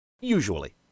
Usually